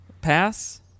Pass